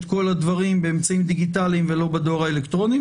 כל הדברים באמצעים דיגיטליים ולא בדואר האלקטרוני.